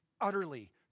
utterly